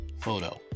photo